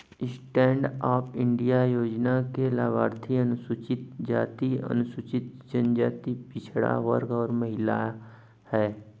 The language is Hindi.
स्टैंड अप इंडिया योजना के लाभार्थी अनुसूचित जाति, अनुसूचित जनजाति, पिछड़ा वर्ग और महिला है